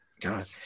God